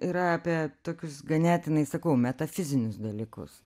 yra apie tokius ganėtinai sakau metafizinius dalykus